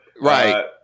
Right